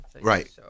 right